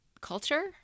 culture